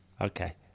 Okay